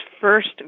first